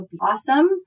awesome